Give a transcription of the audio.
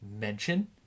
mention